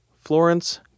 florence